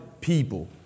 people